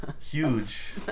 Huge